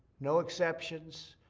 no exceptions.